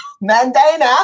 Mandana